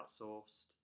outsourced